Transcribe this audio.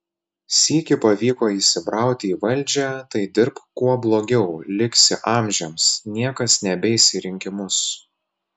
sykį pavyko įsibrauti į valdžią tai dirbk kuo blogiau liksi amžiams niekas nebeis į rinkimus